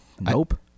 nope